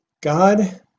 God